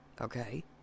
okay